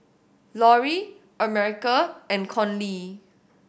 Loree America and Conley